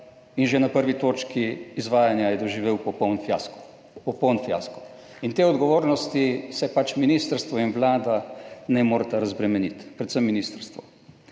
in že na 1. točki izvajanja je doživel popoln fiasko, popoln fiasko, in te odgovornosti se pač ministrstvo in vlada ne moreta razbremeniti, predvsem ministrstvo.